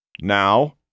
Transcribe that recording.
Now